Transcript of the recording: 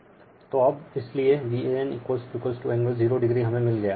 Refer Slide Time 1507 तो अब इसलिए Van एंगल 0o हमे मिल गया